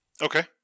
Okay